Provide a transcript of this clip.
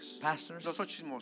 Pastors